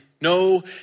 No